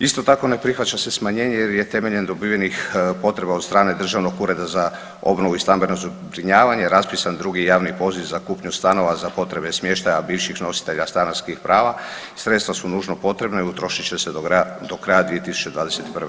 Isto tako ne prihvaća se smanjenje jer je temeljem dobivenih potreba od strane Državnog ureda za obnovu i stambeno zbrinjavanje raspisan drugi javni poziv za kupnju stanova za potrebe smještaja bivših nositelja stanarskih prava, sredstva su nužno potrebna i utrošit će se do kraja 2021. godine.